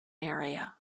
area